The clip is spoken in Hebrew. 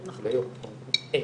אבל אין,